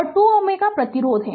और 2 Ω प्रतिरोध हैं